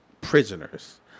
prisoners